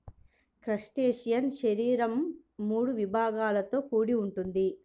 crustacean శరీరం మూడు విభాగాలతో కూడి ఉంటుంది